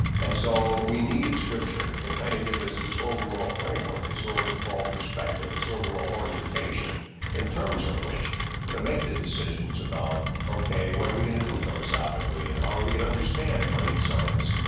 and so, we need scripture to kind of give us this overall framework, this overall perspective, this overall orientation in terms of which to make the decisions about okay, what are we gonna do philosophically and how are we can understand brain science.